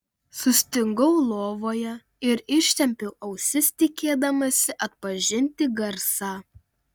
sustingau lovoje ir ištempiau ausis tikėdamasi atpažinti garsą